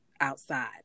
outside